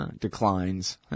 declines